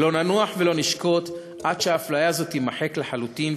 לא ננוח ולא נשקוט עד שהאפליה הזאת תימחק לחלוטין,